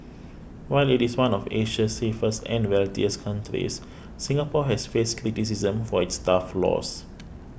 while it is one of Asia's safest and wealthiest countries Singapore has faced criticism for its tough laws